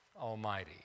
Almighty